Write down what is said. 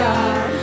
God